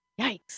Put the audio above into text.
Yikes